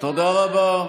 תודה רבה.